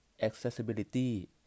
accessibility